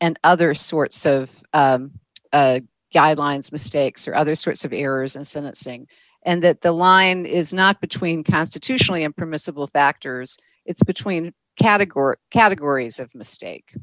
and other sorts of guidelines mistakes or other sorts of errors and senate sing and that the line is not between constitutionally impermissible factors it's between category categories of mistake